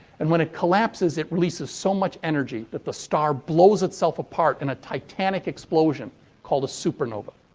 and, when it collapses, it releases so much energy that the star blows itself apart in a titanic explosion called a supernova.